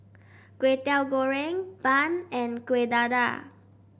Kway Teow Goreng Bun and Kueh Dadar